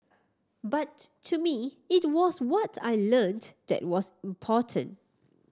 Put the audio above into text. but to me it was what I learnt that was important